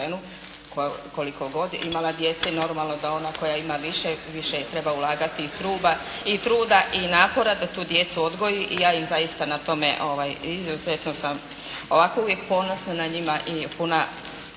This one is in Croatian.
koliko god imala djece. Normalno da ona koja ima više više treba ulagati i truda i napora da tu djecu odgoji i ja im zaista na tome izuzetno sam ovako uvijek ponosna na njih i puna